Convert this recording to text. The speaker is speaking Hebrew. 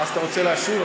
אז אתה רוצה להשיב?